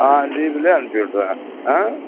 ஆ ஜிபேலியே அனுப்பிச்சு விட்டுறேன் ஆ